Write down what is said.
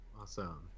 awesome